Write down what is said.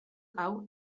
hau